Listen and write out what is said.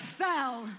fell